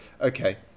okay